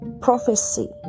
prophecy